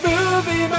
Movie